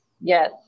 yes